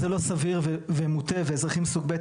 אז זה לא סביר ולא מוטה ואזרחים סוג ב'.